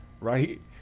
right